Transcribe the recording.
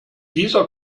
dieser